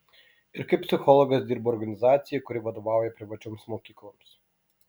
ir kaip psichologas dirbu organizacijai kuri vadovauja privačioms mokykloms